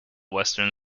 western